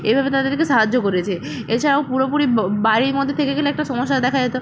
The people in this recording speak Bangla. এভাবে তাদেরকে সাহায্য করেছে এছাড়াও পুরোপুরি বাড়ির মধ্যে থেকে গেলে একটা সমস্যা দেখা যেত